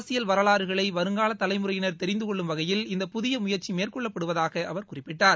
அரசியல் வரலாறுகளை வருங்கால தலைமுறையினர் தெரிந்து கொள்ளும் வகையில் இந்த புதிய முயற்சி மேற்கொள்ளப்படுவதாக அவர் குறிப்பிட்டார்